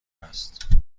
است